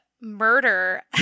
murder